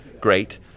great